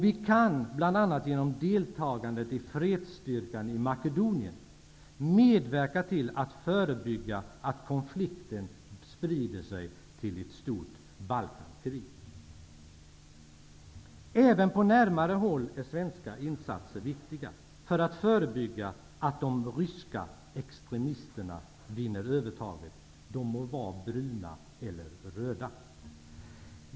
Vi kan -- bl.a. genom deltagandet i fredsstyrkan i Makedonien -- medverka till att förebygga att konflikten sprider sig till ett stort Balkankrig. Även på närmare håll är svenska insatser viktiga för att förebygga att de ryska extremisterna vinner övertaget -- de må vara bruna eller röda.